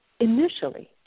Initially